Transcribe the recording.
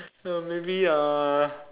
no maybe uh